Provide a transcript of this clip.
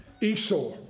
Esau